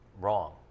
wrong